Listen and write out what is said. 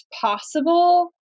possible